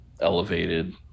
elevated